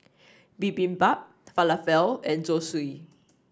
Bibimbap Falafel and Zosui